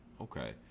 Okay